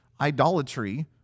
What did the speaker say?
idolatry